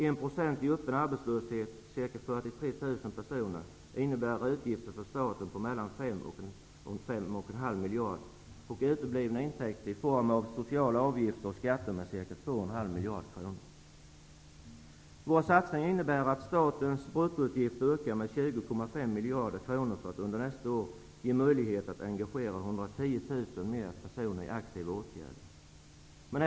1 % i öppen arbetslöshet, ca 43 000 personer, innebär utgifter för staten på mellan 5 och Vår satsning innebär att statens bruttoutgifter ökar med 20,5 miljarder kronor för att under nästa år ge möjlighet att engagera 110 000 fler personer i aktiva åtgärder.